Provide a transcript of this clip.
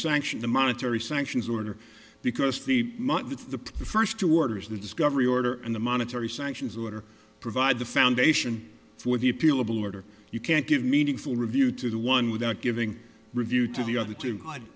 sanction the monetary sanctions order because phebe month with the first two orders the discovery order and the monetary sanctions order provide the foundation for the appealable order you can't give meaningful review to the one without giving review to the other two